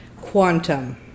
quantum